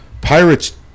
pirates